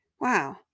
wow